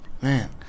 Man